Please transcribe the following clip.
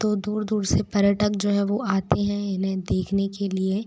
तो दूर दूर से पर्यटक जो हैं वो आते हैं इन्हें देखने के लिए